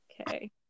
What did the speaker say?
okay